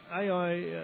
AI